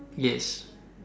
yes